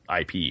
IP